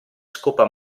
scopa